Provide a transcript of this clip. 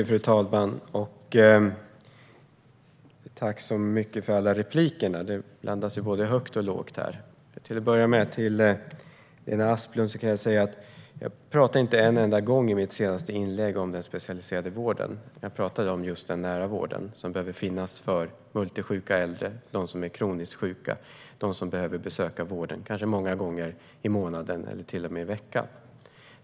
Fru talman! Jag tackar för alla inlägg. Det blandas högt och lågt här. Till att börja med kan jag säga till Lena Asplund att jag inte pratade en enda gång om den specialiserade vården i mitt senaste inlägg. Jag pratade om den nära vården som behöver finnas för multisjuka äldre, för dem som är kroniskt sjuka och behöver besöka vården kanske många gånger i månaden eller till och med veckan.